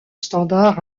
standard